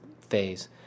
phase